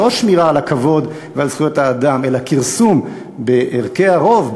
לא שמירה על הכבוד ועל זכויות האדם אלא כרסום בערכי הרוב,